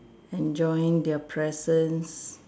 enjoying their presence